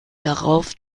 darauf